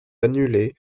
annulée